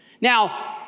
Now